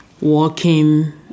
walking